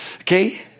okay